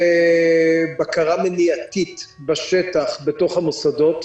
בקרה מניעתית בשטח בתוך המוסדות.